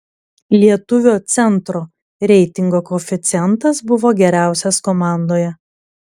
lietuvio centro reitingo koeficientas buvo geriausias komandoje